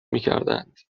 میکردند